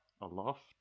aloft